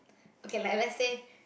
okay like let's say